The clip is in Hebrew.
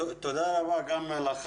תודה רבה לך.